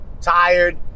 tired